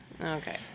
Okay